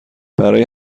برای